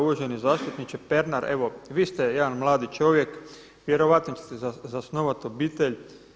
Uvaženi zastupniče Pernar, evo vi ste jedan mladi čovjek, vjerojatno ćete zasnovat obitelj.